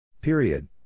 Period